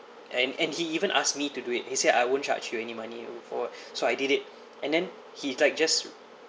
and and he even asked me to do it he said I won't charge you any money for it so I did it and then he like just